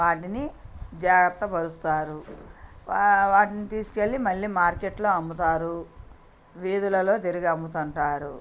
వాటిని జాగ్రత్త పరుస్తారు వాటిని తీసుకు వెళ్ళి మళ్ళీ మార్కెట్లో అమ్ముతారు వీధులలో తిరిగి అమ్ముతుంటారు